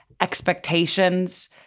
Expectations